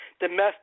domestic